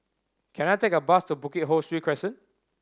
can I take a bus to Bukit Ho Swee Crescent